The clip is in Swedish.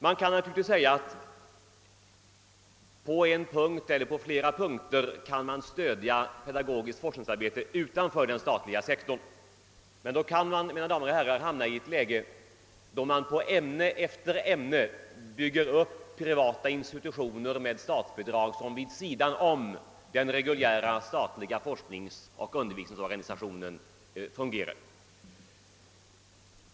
Det kan naturligtvis göras gällande, att man på vissa punkter bör stödja pedagogiskt forskningsarbete utanför der statliga sektorn. Men då, mina damer och herrar, kan vi hamna i ett läge, där man i ämne efter ämne bygger upp privata institutioner med statsbidrag, institutioner som fungerar vid sidan av den reguljära statliga forskningsoch undervisningsorganisationen. Herr talman!